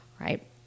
right